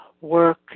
work